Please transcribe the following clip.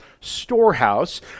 Storehouse